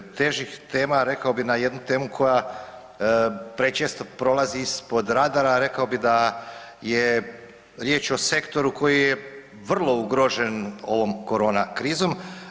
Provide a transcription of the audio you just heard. težih tema rekao bi na jednu temu koja prečesto prolazi ispod radara rekao bi da je riječ o sektoru koji je vrlo ugrožen ovom korona krizom.